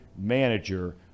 manager